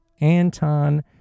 Anton